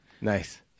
Nice